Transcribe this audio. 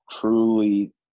truly